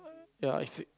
ya